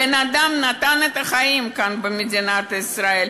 בן-אדם נתן את החיים כאן במדינת ישראל,